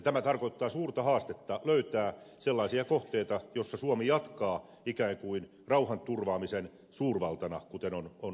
tämä tarkoittaa suurta haastetta löytää sellaisia kohteita joissa suomi jatkaa ikään kuin rauhanturvaamisen suurvaltana kuten on sanottu